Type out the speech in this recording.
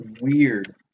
weird